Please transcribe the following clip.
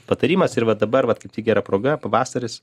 patarimas ir va dabar vat kaip tik gera proga pavasaris